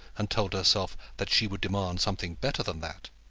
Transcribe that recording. and told herself that she would demand something better than that.